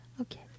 Okay